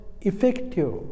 effective